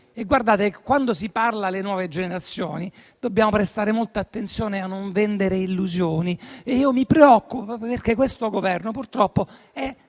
quando si parla alle nuove generazioni, dobbiamo prestare molta attenzione a non vendere illusioni. Io mi preoccupo, perché questo Governo purtroppo è